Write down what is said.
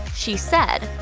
she said,